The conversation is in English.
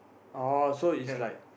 oh so is like